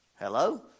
Hello